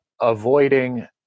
Avoiding